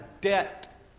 debt